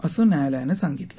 असं न्यायालयानं सांगितलं